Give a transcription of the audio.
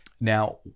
Now